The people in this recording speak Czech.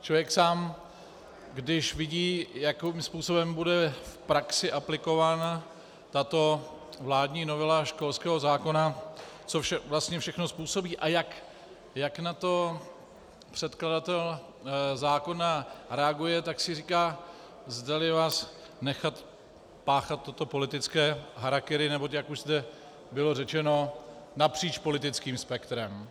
Člověk sám, když vidí, jakým způsobem bude v praxi aplikována tato vládní novela školského zákona, co vlastně všechno způsobí a jak na to předkladatel zákona reaguje, tak si říká, zda vás nechat páchat toto politické harakiri, neboť jak zde už bylo řečeno napříč politickým spektrem,